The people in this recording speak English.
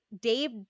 Dave